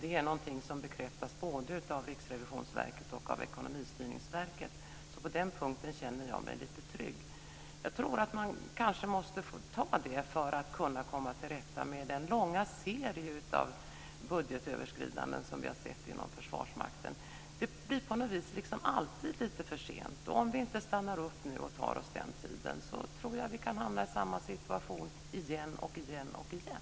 Det är någonting som bekräftas både av Riksrevisionsverket och av Ekonomistyrningsverket. På den punkten känner jag mig lite trygg. Jag tror att man kanske måste ta detta för att kunna komma till rätta med den långa serie av budgetöverskridanden som vi har sett inom Försvarsmakten. Det blir på något vis liksom alltid lite för sent. Om vi inte nu stannar upp och tar oss den tiden tror jag att vi kan hamna i samma situation igen och igen.